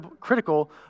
critical